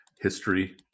history